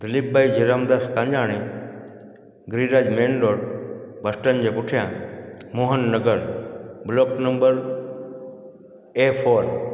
Dilip bhai Jay Ram Das Kanjani green Raj main road बस्टन जे पुठियां Mohan Nagar block number A four